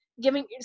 giving